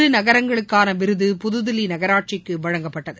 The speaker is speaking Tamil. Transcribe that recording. சிறுநகரங்களுக்கான விருது புதுதில்லி நகராட்சிக்கு வழங்கப்பட்டது